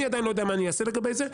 אני עדיין לא יודע מה אני אעשה לגבי זה,